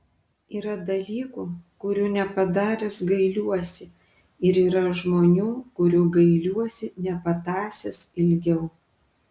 yra dalykų kurių nepadaręs gailiuosi ir yra žmonių kurių gailiuosi nepatąsęs ilgiau